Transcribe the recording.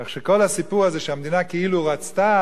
כך שכל הסיפור הזה שהמדינה כאילו רצתה